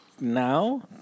now